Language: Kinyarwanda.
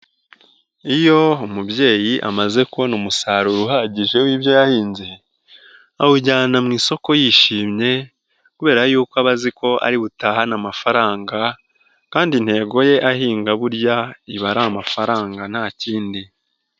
Iyo umubyeyi amaze kubona umusaruro uhagije w'ibyo yahinze awujyana mu isoko yishimye kubera y'uko aba azi ko ari butahane amafaranga kandi intego ye ahinga burya iba ari amafaranga nta kindi.